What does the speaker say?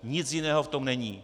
Nic jiného v tom není.